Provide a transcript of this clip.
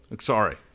Sorry